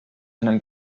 einen